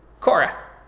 Cora